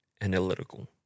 analytical